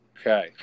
Okay